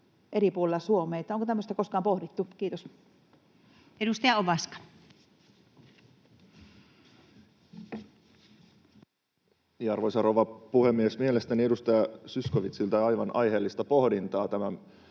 eri puolilla Suomea? Onko tämmöistä koskaan pohdittu? — Kiitos. Edustaja Ovaska. Arvoisa rouva puhemies! Mielestäni edustaja Zyskowicziltä aivan aiheellista pohdintaa tämän